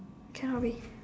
cannot be